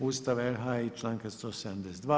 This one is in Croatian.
Ustava RH i članka 172.